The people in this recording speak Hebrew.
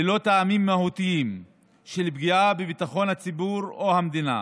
ללא טעמים מהותיים של פגיעה בביטחון הציבור או המדינה,